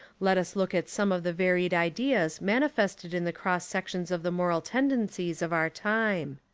let us look at some of the varied ideas manifested in the cross sections of the moral tendencies of our time.